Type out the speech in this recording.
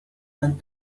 and